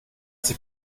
sich